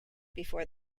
before